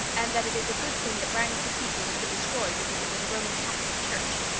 and that it is a good thing that rangs cathedral has been destroyed because it was a roman catholic church.